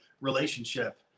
relationship